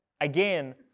again